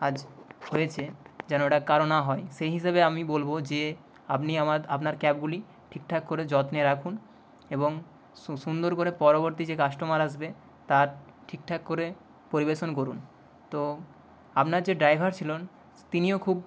আজ হয়েছে যেন এটা কারো না হয় সেই হিসেবে আমি বলব যে আপনি আমার আপনার ক্যাবগুলি ঠিকঠাক করে যত্নে রাখুন এবং সুন্দর করে পরবর্তী যে কাস্টমার আসবে তার ঠিকঠাক করে পরিবেশন করুন তো আপনার যে ড্রাইভার ছিলেন তিনিও খুব